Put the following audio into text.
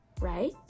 right